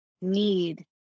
need